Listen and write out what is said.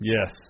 Yes